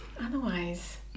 otherwise